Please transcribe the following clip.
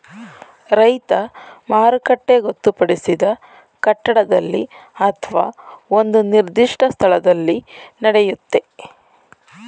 ರೈತ ಮಾರುಕಟ್ಟೆ ಗೊತ್ತುಪಡಿಸಿದ ಕಟ್ಟಡದಲ್ಲಿ ಅತ್ವ ಒಂದು ನಿರ್ದಿಷ್ಟ ಸ್ಥಳದಲ್ಲಿ ನಡೆಯುತ್ತೆ